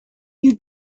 you